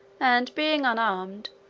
and being unarmed,